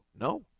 No